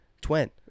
twin